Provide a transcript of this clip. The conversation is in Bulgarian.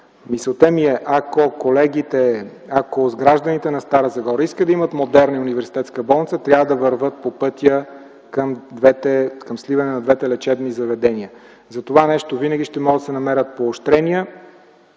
Мисълта ми е, че ако гражданите на Стара Загора искат да имат модерна университетска болница, трябва да вървят по пътя към сливане на двете лечебни заведения. Затова нещо винаги ще мога да се намират поощрения.